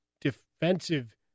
defensive